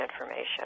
information